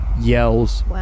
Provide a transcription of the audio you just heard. yells